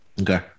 Okay